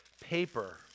paper